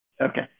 Okay